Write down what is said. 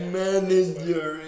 manager